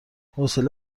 حوصله